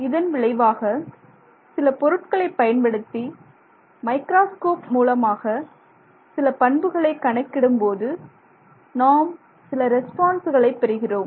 இதன் விளைவாக சில பொருட்களை பயன்படுத்தி மைக்ராஸ்கோப் மூலமாக சில பண்புகளை கணக்கிடும்போது நாம் சில ரெஸ்பான்சுகளை பெறுகிறோம்